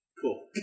Cool